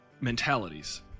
mentalities